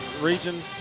region